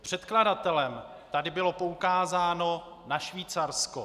Předkladatelem tady bylo poukázáno na Švýcarsko.